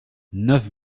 neuf